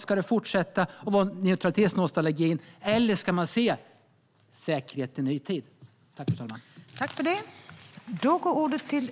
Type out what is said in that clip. Ska det fortsätta att vara en neutralitetsnostalgi? Eller ska man se säkerhet i ny tid?